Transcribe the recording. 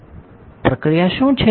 પ્રક્રિયા શું છે